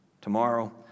tomorrow